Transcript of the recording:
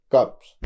Cups